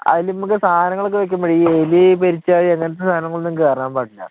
അതിൽ നമ്മൾക്ക് സാധനങ്ങളൊക്കെ വയ്ക്കുമ്പോഴേ ഈ എലി പെഴുച്ചാഴി അങ്ങനത്തെ സാധനങ്ങളൊന്നും കയറാൻ പാടില്ല